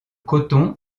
coton